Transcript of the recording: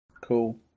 cool